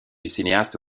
cinéaste